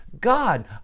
God